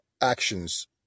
actions